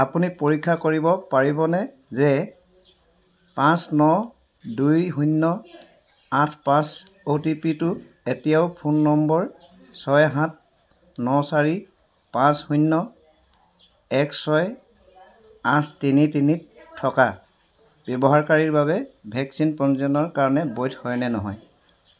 আপুনি পৰীক্ষা কৰিব পাৰিবনে যে পাঁচ ন দুই শূন্য আঠ পাঁচ অ' টি পি টো এতিয়াও ফোন নম্বৰ ছয় সাত ন চাৰি পাঁচ শূন্য এক ছয় আঠ তিনি তিনি থকা ব্যৱহাৰকাৰীৰ বাবে ভেকচিন পঞ্জীয়নৰ কাৰণে বৈধ হয় নে নহয়